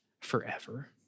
forever